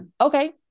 okay